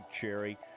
Cherry